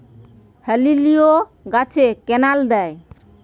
হেলিলিও গাছে ক্যানেল দেয়?